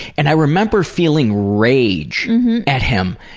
and i remember feeling rage at him.